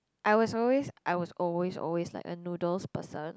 I was always I was always always like a noodles person